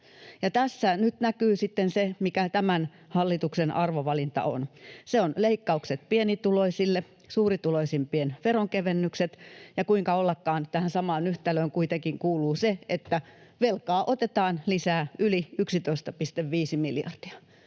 Tässä nyt näkyy sitten se, mikä tämän hallituksen arvovalinta on: se on leikkaukset pienituloisille, suurituloisimpien veronkevennykset, ja kuinka ollakaan, tähän samaan yhtälöön kuitenkin kuuluu se, että velkaa otetaan lisää yli 11,5 miljardia.